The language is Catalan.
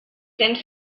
cents